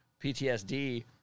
PTSD